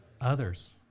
others